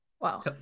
Wow